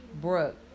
Brooke